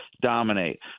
dominate